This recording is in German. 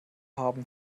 haben